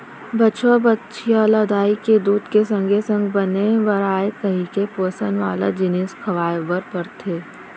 बछवा, बछिया ल दाई के दूद के संगे संग बने बाढ़य कइके पोसन वाला जिनिस खवाए बर परथे